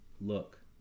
look